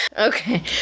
Okay